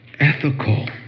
ethical